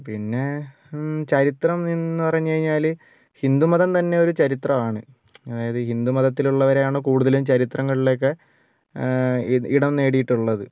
പിന്നെ ചരിത്രം എന്ന് പറഞ്ഞുകഴിഞ്ഞാല് ഹിന്ദു മതം തന്നെ ഒരു ചരിത്രമാണ് അതായത് ഹിന്ദു മതത്തിലുള്ളവരെയാണ് കൂടുതലും ചരിത്രങ്ങളിൽ ഇടം നേടിട്ടുള്ളത്